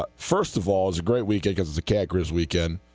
but first of all is a great weekend as a kicker is weekend,